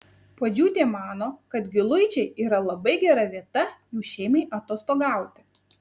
puodžiūtė mano kad giluičiai yra labai gera vieta jų šeimai atostogauti